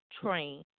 train